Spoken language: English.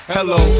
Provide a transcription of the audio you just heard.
Hello